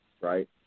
right